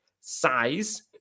size